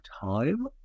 time